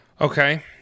Okay